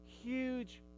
huge